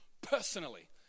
personally